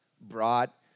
brought